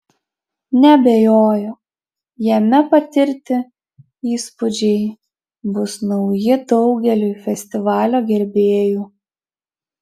neabejoju jame patirti įspūdžiai bus nauji daugeliui festivalio gerbėjų